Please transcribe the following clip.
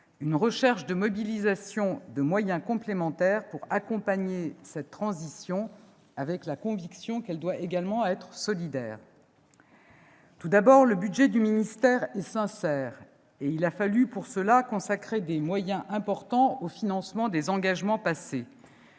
une recherche de mobilisation de moyens complémentaires pour accompagner cette transition, avec la conviction qu'elle doit également être solidaire. Tout d'abord, le budget du ministère est sincère : il a fallu pour cela consacrer des moyens importants au financement des engagements passés.